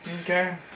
Okay